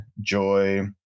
Joy